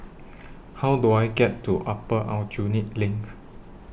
How Do I get to Upper Aljunied LINK